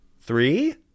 Three